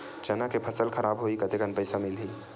चना के फसल खराब होही कतेकन पईसा मिलही?